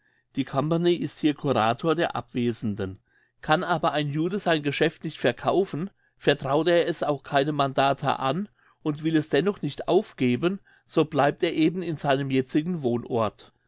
die company ist hier curator der abwesenden kann aber ein jude sein geschäft nicht verkaufen vertraut er es auch keinem mandatar an und will es dennoch nicht aufgeben so bleibt er eben an seinem jetzigen wohnort